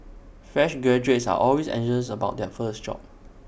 fresh graduates are always anxious about their first job